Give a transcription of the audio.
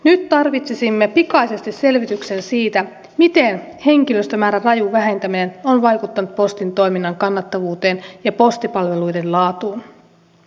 nyt tarvitsisimme pikaisesti selvityksen siitä miten henkilöstömäärän raju vähentäminen on vaikuttanut postin toiminnan kannattavuuteen ja postipalveluiden laatuun